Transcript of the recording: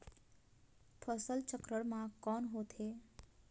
फसल चक्रण मा कौन होथे?